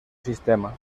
sistema